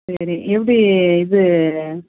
சரி எப்படி இது